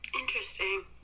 Interesting